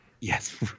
Yes